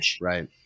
Right